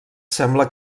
sembla